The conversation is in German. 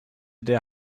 der